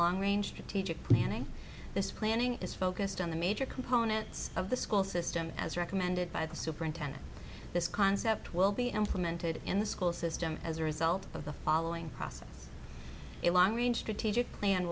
long range for teacher planning this planning is focused on the major components of the school system as recommended by the superintendent this concept will be implemented in the school system as a result of the following process a long range strategic plan